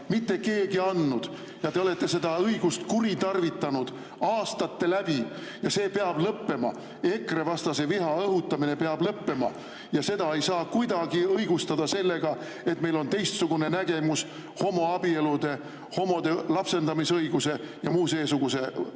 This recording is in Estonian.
mitte keegi andnud. Te olete seda õigust kuritarvitanud läbi aastate ja see peab lõppema. EKRE-vastase viha õhutamine peab lõppema. Seda ei saa kuidagi õigustada sellega, et meil on teistsugune nägemus homoabieludest, homode lapsendamisõigusest ja muust seesugusest.